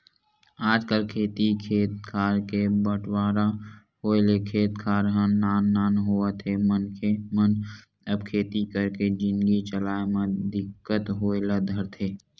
आजकल खेती खेत खार के बंटवारा होय ले खेत खार ह नान नान होवत हे मनखे मन अब खेती करके जिनगी चलाय म दिक्कत होय ल धरथे